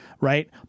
right